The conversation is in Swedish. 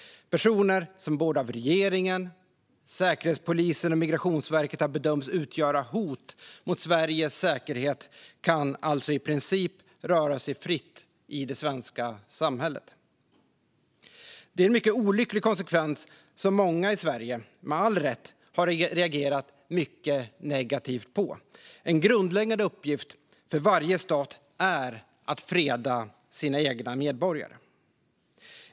Personer som av både regeringen, Säkerhetspolisen och Migrationsverket har bedömts utgöra hot mot Sveriges säkerhet kan alltså i princip röra sig fritt i det svenska samhället. Det är en mycket olycklig konsekvens som många i Sverige, med all rätt, har reagerat mycket negativt på. En grundläggande uppgift för varje stat är att freda sina egna medborgare.